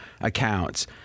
accounts